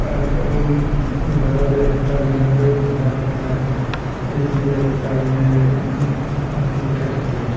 अब वो उधर वाले अस्पताल में लम्बे घूमना पड़ता है इसलिए अस्पताल में दिक्कत होती है